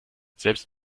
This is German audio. selbst